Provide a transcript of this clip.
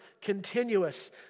continuous